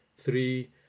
three